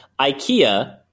Ikea